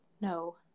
No